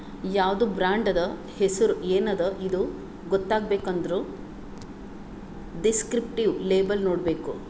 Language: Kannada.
ಯಾವ್ದು ಬ್ರಾಂಡ್ ಅದಾ, ಹೆಸುರ್ ಎನ್ ಅದಾ ಇದು ಗೊತ್ತಾಗಬೇಕ್ ಅಂದುರ್ ದಿಸ್ಕ್ರಿಪ್ಟಿವ್ ಲೇಬಲ್ ನೋಡ್ಬೇಕ್